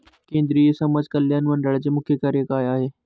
केंद्रिय समाज कल्याण मंडळाचे मुख्य कार्य काय आहे?